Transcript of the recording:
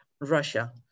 Russia